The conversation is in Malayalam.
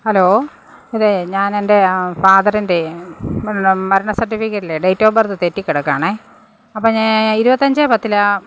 ഹലോ ഇതേ ഞാനെൻ്റെ ഫാദറിൻ്റെ പിന്നെ മരണ സർട്ടിഫിക്കറ്റിലെ ഡേറ്റ് ഓഫ് ബർത്ത് തെറ്റിക്കിടക്കുകയാണേ അപ്പോള് ഇരുപത്തിയഞ്ചേ പത്തിലാണ്